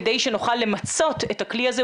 כדי שנוכל למצות את הכלי הזה,